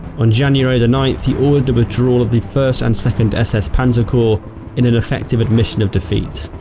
on january the ninth he ordered the withdrawal of the first and second ss panzer corps in an effective admission of defeat.